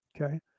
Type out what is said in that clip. Okay